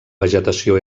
vegetació